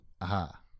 Aha